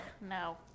no